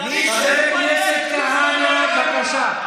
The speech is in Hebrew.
חבר הכנסת כהנא, בבקשה.